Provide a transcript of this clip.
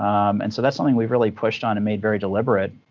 and so that's something we've really pushed on and made very deliberate.